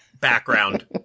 background